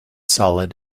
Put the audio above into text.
solid